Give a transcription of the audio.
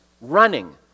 running